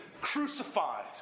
crucified